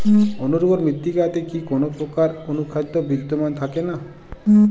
অনুর্বর মৃত্তিকাতে কি কোনো প্রকার অনুখাদ্য বিদ্যমান থাকে না?